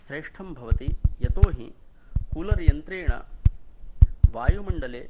श्रेष्ठं भवति यतो हि कूलर्यन्त्रेण वायुमण्डले